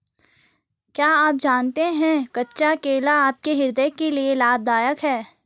क्या आप जानते है कच्चा केला आपके हृदय के लिए लाभदायक है?